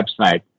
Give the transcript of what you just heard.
website